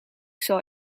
zal